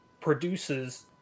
produces